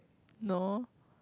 no